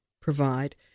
provide